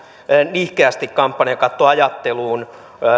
nihkeästi kampanjakattoajatteluun